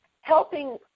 helping